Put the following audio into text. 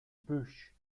bush